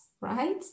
right